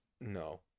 No